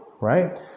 right